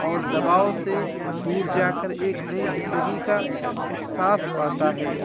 اور دباؤ سے دور جا کر ایک نئی زندگی کا احساس پاتا ہے